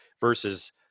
versus